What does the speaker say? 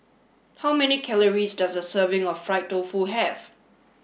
how many calories does a serving of Fried Tofu have